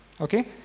Okay